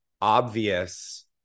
obvious